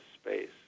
space